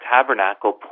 tabernacle